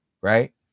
Right